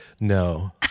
No